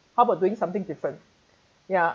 how about doing something different ya